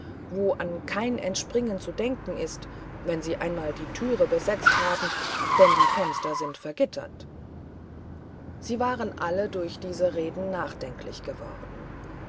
wo an kein entspringen zu denken ist wenn sie einmal die türe besetzt haben denn die fenster sind vergittert sie waren alle durch diese reden nachdenklich geworden